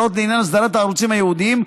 הוראות לעניין אסדרת הערוצים הייעודיים,